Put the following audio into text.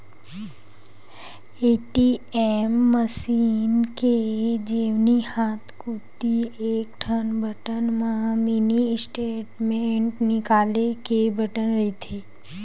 ATM machine के जेवनी हाथ कोती एकठन बटन म मिनी स्टेटमेंट निकाले के बटन रहिथे